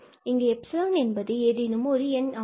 இங்கு எப்சிலான் என்பது ஏதேனும் ஒரு எண் ஆகும்